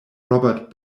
robert